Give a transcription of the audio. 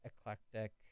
eclectic